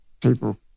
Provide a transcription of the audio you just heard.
people